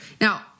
Now